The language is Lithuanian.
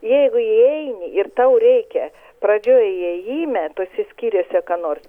jeigu įeini ir tau reikia pradžioje įėjime tuose skyriuose ką nors